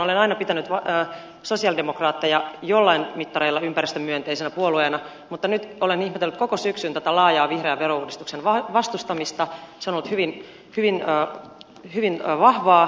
olen aina pitänyt sosialidemokraatteja joillain mittareilla ympäristömyönteisenä puolueena mutta nyt olen ihmetellyt koko syksyn tätä laajaa vihreän verouudistuksen vastustamista se on ollut hyvin vahvaa